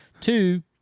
Two